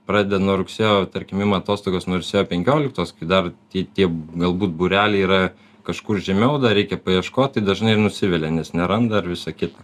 pradeda nuo rugsėjo tarkim ima atostogas nuo rugsėjo penkioliktos kai dar kai tie galbūt būreliai yra kažkur žemiau dar reikia paieškot tai dažnai ir nusivilia nes neranda ir visa kita